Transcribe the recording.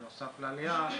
בנוסף לעלייה,